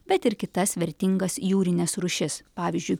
bet ir kitas vertingas jūrines rūšis pavyzdžiui